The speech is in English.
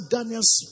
Daniel's